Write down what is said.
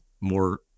more